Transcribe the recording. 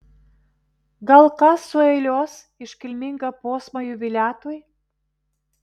gal kas sueiliuos iškilmingą posmą jubiliatui